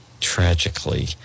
tragically